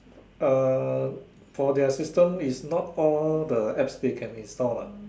uh for their system is not all the Apps they can install lah